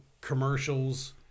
Commercials